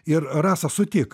ir rasa sutik